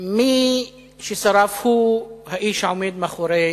מי ששרפו הם אנשים העומדים מאחורי